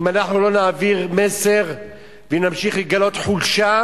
אם אנחנו לא נעביר מסר ואם נמשיך לגלות חולשה,